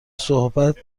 صحبت